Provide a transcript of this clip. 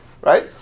right